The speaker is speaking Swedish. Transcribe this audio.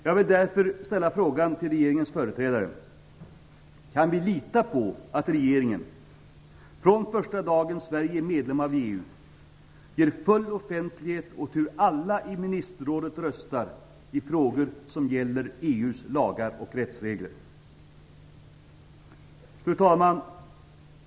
Jag vill därför ställa frågan till regeringens företrädare: Kan vi lita på att regeringen - från första dagen Sverige är medlem av EU - ger full offentlighet åt hur alla i ministerrådet röstat i frågor som gäller EU:s lagar och rättsregler? Fru talman!